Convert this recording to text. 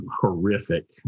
horrific